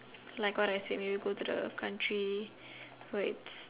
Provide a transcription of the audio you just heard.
like what I said maybe go to the country where it's